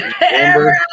Amber